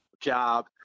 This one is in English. job